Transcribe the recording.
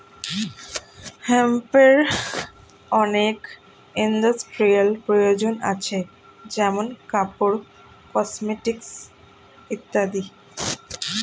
হেম্পের অনেক ইন্ডাস্ট্রিয়াল প্রয়োজন আছে যেমন কাপড়, কসমেটিকস ইত্যাদি